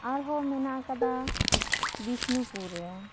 ᱟᱨᱦᱚᱸ ᱢᱮᱱᱟᱜ ᱟᱠᱟᱫᱟ ᱵᱤᱥᱱᱩᱯᱩᱨ ᱨᱮ